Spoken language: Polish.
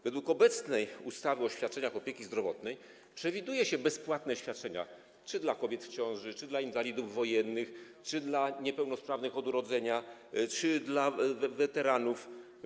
W obecnej ustawie o świadczeniach opieki zdrowotnej przewiduje się bezpłatne świadczenia czy dla kobiet w ciąży, czy dla inwalidów wojennych, czy dla niepełnosprawnych od urodzenia, czy dla weteranów.